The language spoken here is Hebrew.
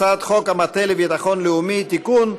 הצעת חוק המטה לביטחון לאומי (תיקון,